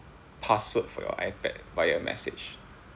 password for your Ipad via message